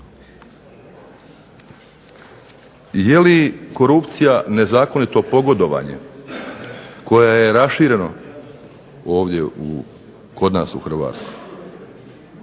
Jeli korupcija nezakonito pogodovanje koje je rašireno kod nas u Hrvatskoj?